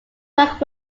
work